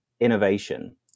innovation